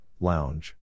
Lounge